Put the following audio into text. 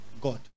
God